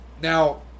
Now